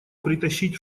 притащить